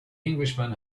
englishman